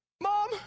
Mom